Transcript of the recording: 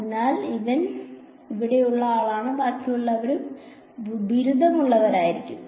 അതിനാൽ അവൻ ഇവിടെയുള്ള ആളാണ് ബാക്കിയുള്ളവരും ബിരുദമുള്ളവരായിരിക്കും